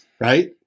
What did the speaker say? Right